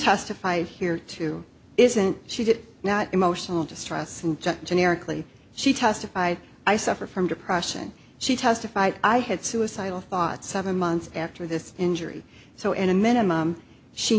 testified here to isn't she did not emotional distress generically she testified i suffer from depression she testified i had suicidal thoughts seven months after this injury so in a minimum she